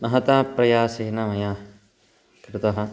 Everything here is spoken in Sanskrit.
महता प्रयासेन मया कृतः